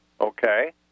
Okay